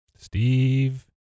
Steve